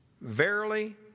verily